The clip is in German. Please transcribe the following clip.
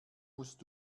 musst